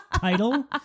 title